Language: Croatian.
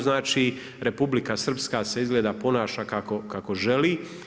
Znači Republika Srpska se izgleda ponaša kako želi.